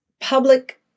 public